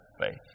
faith